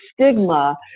stigma